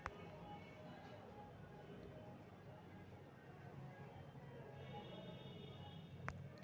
UPI के प्रयोग के लेल बचत खता के यू.पी.आई ऐप से जोड़ल जाइ छइ